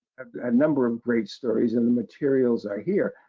a number of great stories in the materials i hear.